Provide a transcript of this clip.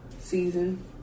season